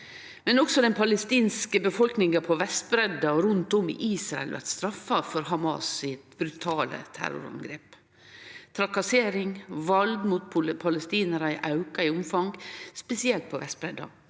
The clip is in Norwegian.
Men også den palestinske befolkninga på Vestbreidda og rundt om i Israel vert straffa for Hamas sitt brutale terrorangrep. Trakassering og vald mot palestinarar har auka i omfang, spesielt på Vestbreidda,